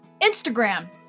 Instagram